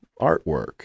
artwork